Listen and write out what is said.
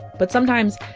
but sometimes,